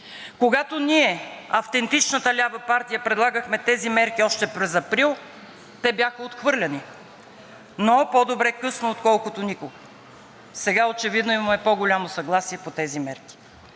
Когато ние, автентичната лява партия, предлагахме тези мерки още през април, те бяха отхвърлени, но по-добре късно, отколкото никога. Сега очевидно имаме по-голямо съгласие по тези мерки.